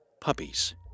Puppies